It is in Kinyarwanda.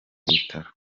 bitaro